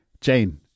Jane